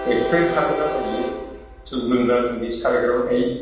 एखस' एख खारबोला बायो जौ लोंला लोंलि सालायग्राबो थायो